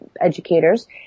educators